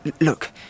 Look